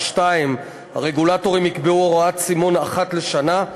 2. הרגולטורים יקבעו הוראת סימון אחת לשנה.